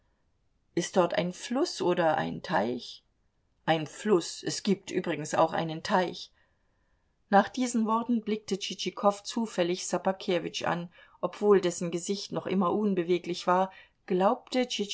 ist dort ein fluß oder ein teich ein fluß es gibt übrigens auch einen teich nach diesen worten blickte tschitschikow zufällig ssobakewitsch an obwohl dessen gesicht noch immer unbeweglich war glaubte